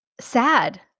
sad